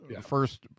first